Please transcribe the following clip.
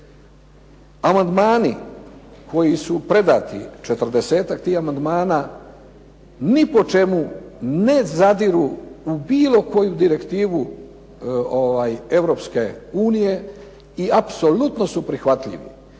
Amandmani koji su predati četrdesetak tih amandmana ni po čemu ne zadiru u bilo koju direktivu Europske unije i apsolutno su prihvatljivi.